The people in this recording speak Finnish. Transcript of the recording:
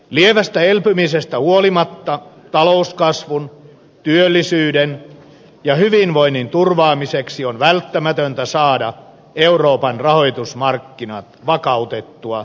lievästä elpymisestä huolimatta talouskasvun työllisyyden ja hyvinvoinnin turvaamiseksi on välttämätöntä saada euroopan rahoitusmarkkinat vakautettua ja talous kasvuun